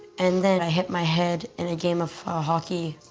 and then i hit my head in a game of hockey.